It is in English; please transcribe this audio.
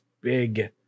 big